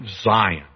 Zion